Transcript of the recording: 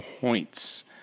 points